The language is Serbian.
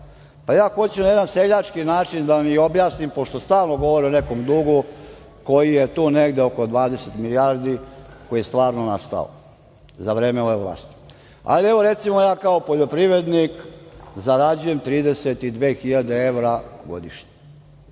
hoću na jedan seljački način da vam objasnim, pošto stalno govore o nekom dugu koji je tu negde oko 20 milijardi koji je stvarno nastao za vreme ove vlasti. Evo, recimo, ja kao poljoprivrednik zarađujem 32.000 evra godišnje.